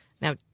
Now